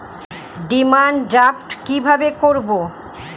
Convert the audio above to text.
Demand draft কীভাবে করব?